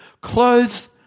Clothes